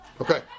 Okay